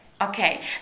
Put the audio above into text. Okay